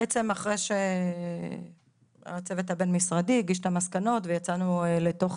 בעצם אחרי שהצוות הבין-משרדי הגיש את המסקנות ויצאנו לתוך